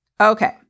Okay